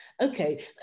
okay